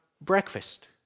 breakfast